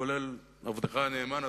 כולל עבדך הנאמן,